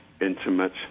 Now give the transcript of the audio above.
intimate